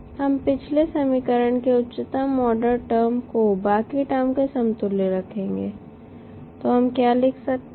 हम पिछले समीकरण के उच्चतम ऑर्डर टर्म को बाकी टर्म के समतुल्य रखेंगे तो हम क्या लिख सकते हैं